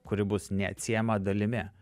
kuri bus neatsiejama dalimi